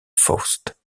faust